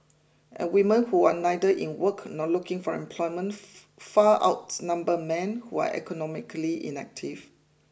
and women who are neither in work nor looking for employment far outnumber men who are economically inactive